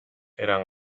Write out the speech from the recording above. eran